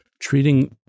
treating